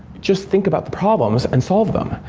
just think about problems and solve them.